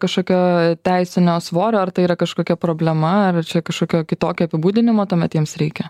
kažkokio teisinio svorio ar tai yra kažkokia problema ar čia kažkokio kitokio apibūdinimo tuomet jiems reikia